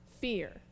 fear